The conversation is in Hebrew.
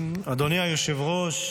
במערכת הביטחון AI משמש לזיהוי איומים,